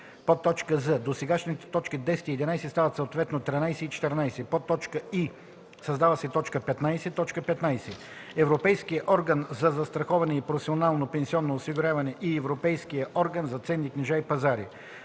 тях;” з) досегашните т. 10 и 11 стават съответно т. 13 и 14; и) създава се т. 15: „15. Европейския орган за застраховане и професионално пенсионно осигуряване и Европейския орган за ценни книжа и пазари.”